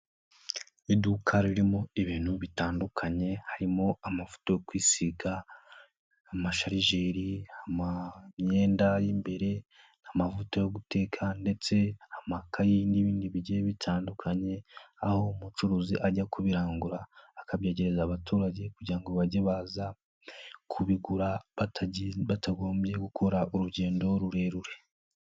Iduka ririmo ibintu bitandukanye harimo amavuta yo kwisiga, amasharijeri, imyenda y'imbere, amavuta yo guteka ndetse amakayi n'ibindi bigiye bitandukanye, aho umucuruzi ajya kubirangura akabyegereza abaturage kugira ngo bajye baza kubigura batagombye gukora urugendo rurerure.